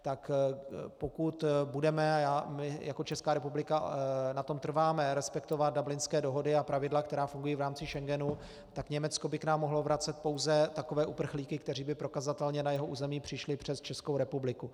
Tak pokud budeme, a my jako Česká republika na tom trváme, respektovat dublinské dohody a pravidla, která fungují v rámci Schengenu, tak Německo by k nám mohlo vracet pouze takové uprchlíky, kteří by prokazatelně na jeho území přišli přes Českou republiku.